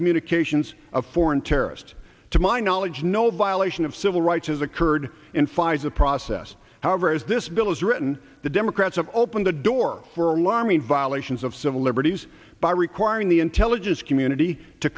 communications of foreign terrorists to my knowledge no violation of civil rights has occurred in pfizer process however as this bill is written the democrats have opened the door for alarming violations of civil liberties by requiring the intelligence community to